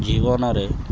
ଜୀବନରେ